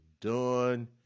done